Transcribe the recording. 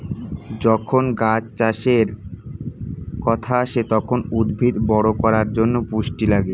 যখন গাছ চাষের কথা আসে, তখন উদ্ভিদ বড় করার জন্যে পুষ্টি লাগে